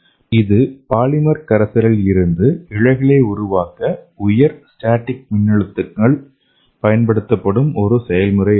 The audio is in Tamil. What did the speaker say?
இது பாலிமர் கரைசலில் இருந்து இழைகளை உருவாக்க உயர் ஸ்டாடிக் மின்னழுத்தங்கள் பயன்படுத்தப்படும் ஒரு செயல்முறை ஆகும்